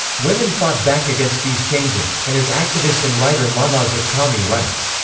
women fought back against these changes, and as activist and writer mahnaz afkhami writes,